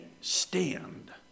stand